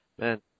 Man